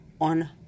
on